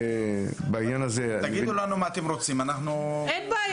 --- אין בעיה,